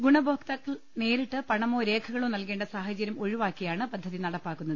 ഗുണഭോക്താക്കൾ നേരിട്ട് പണമോ രേഖ കളോ നൽകേണ്ട സാഹചര്യം ഒഴിവാക്കിയാണ് പദ്ധതി നടപ്പാക്കുന്നത്